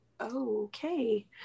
Okay